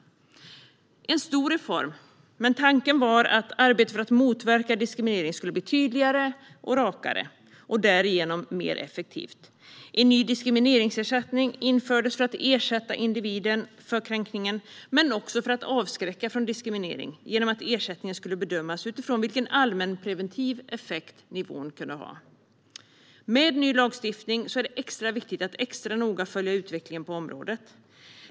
Det var en stor reform, och tanken var att arbetet för att motverka diskriminering skulle bli tydligare och rakare och därigenom mer effektivt. En ny diskrimineringsersättning infördes för att ersätta individen för kränkningen, men också för att avskräcka från diskriminering genom att ersättningen skulle bedömas utifrån vilken allmänpreventiv effekt nivån kunde ha. Med ny lagstiftning är det viktigt att extra noga följa utvecklingen på området.